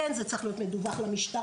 כן זה צריך להיות מדווח למשטרה,